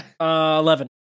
Eleven